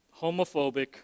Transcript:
homophobic